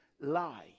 lie